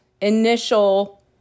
initial